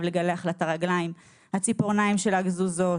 לגלח לה את הרגליים - הציפורניים גזוזות,